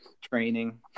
training